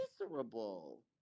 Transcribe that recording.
miserable